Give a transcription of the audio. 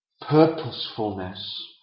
purposefulness